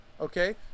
Okay